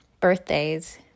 birthdays